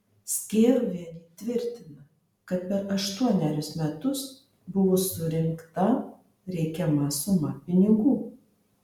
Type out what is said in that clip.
skėruvienė tvirtina kad per aštuonerius metus buvo surinkta reikiama suma pinigų